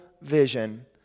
vision